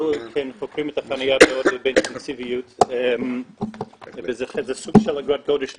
אנחנו חוקרים את החניה באינטנסיביות וזה סוג של אגרת גודש למעשה.